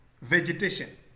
vegetation